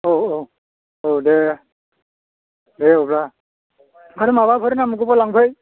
औ औ दे औ दे अरजाया आरो माबाफोर नांबावगौबा लांफै